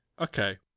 Okay